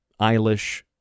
Eilish